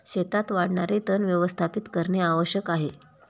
शेतात वाढणारे तण व्यवस्थापित करणे आवश्यक आहे